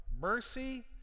mercy